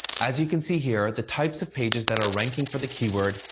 as you can see here, the types of pages that are ranking for the keyword,